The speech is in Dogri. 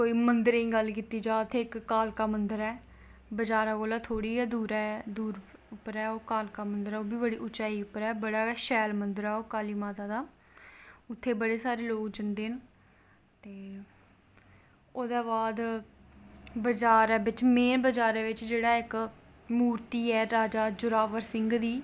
जित्थें जमुना स्थल इन्ना सैल मैह्ल मैह्लें च जगह् बी ऐ मथुरा वृंदावन ते ओह्दे बाद बरसाना बी ऐ राधा रानी दा जन्म उत्थें बी बड़ी सैल जगह्ऐ मन्दर ऐं राधा रानी दे इन्ने शैल शैल मन्दर ते ओह्जदे बाद में गेदी अयोध्या